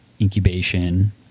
incubation